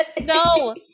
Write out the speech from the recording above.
No